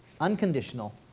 unconditional